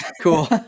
Cool